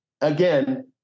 again